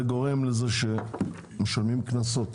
זה גורם לזה שמשלמים קנסות,